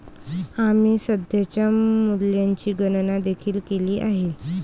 आम्ही सध्याच्या मूल्याची गणना देखील केली आहे